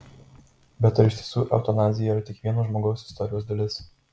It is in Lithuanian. bet ar iš tiesų eutanazija yra tik vieno žmogaus istorijos dalis